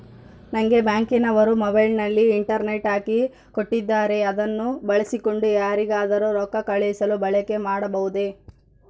ನಂಗೆ ಬ್ಯಾಂಕಿನವರು ಮೊಬೈಲಿನಲ್ಲಿ ಇಂಟರ್ನೆಟ್ ಹಾಕಿ ಕೊಟ್ಟಿದ್ದಾರೆ ಅದನ್ನು ಬಳಸಿಕೊಂಡು ಯಾರಿಗಾದರೂ ರೊಕ್ಕ ಕಳುಹಿಸಲು ಬಳಕೆ ಮಾಡಬಹುದೇ?